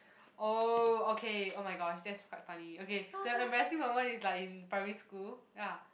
oh okay oh-my-gosh that's quite funny okay the embarrassing moment is like in primary school ya